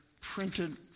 printed